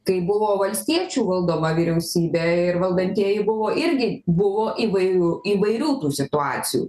tai buvo valstiečių valdoma vyriausybė ir valdantieji buvo irgi buvo įvairių įvairių situacijų